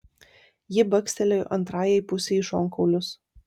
ji bakstelėjo antrajai pusei į šonkaulius